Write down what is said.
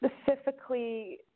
specifically